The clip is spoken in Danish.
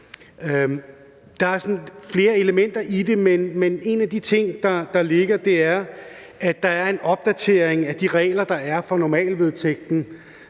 Der er flere elementer i det, men en af de ting, der ligger, er, at der er en opdatering af de regler, der er for normalvedtægten,